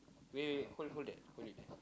wait wait wait hold hold that hold it there